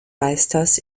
meisters